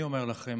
אני אומר לכם,